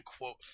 quote